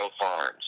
Farms